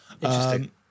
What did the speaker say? Interesting